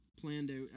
planned-out